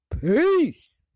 Peace